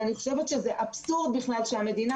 אני חושבת שזה אבסורד שהמדינה,